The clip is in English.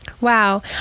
Wow